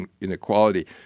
inequality